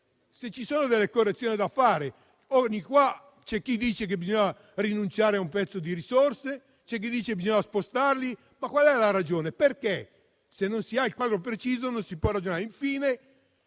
se ci sono delle correzioni da apportare. C'è chi dice che bisogna rinunciare a un pezzo di risorse, c'è chi dice che bisogna spostarle, ma qual è la ragione? Perché? Se non si ha il quadro preciso, non si può ragionare. Infine,